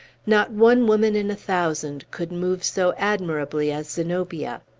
not one woman in a thousand could move so admirably as zenobia.